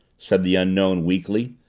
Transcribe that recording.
said the unknown weakly,